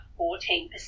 14%